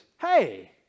hey